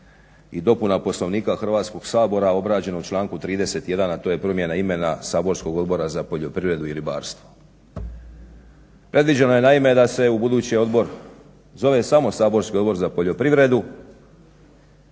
i dopuna Poslovnika Hrvatskog sabora obrađeno u članku 31., a to je promjena imena saborskog Odbora za poljoprivredu i ribarstvo. Predviđeno je naime da se ubuduće odbor zove samo saborski Odbor za poljoprivredu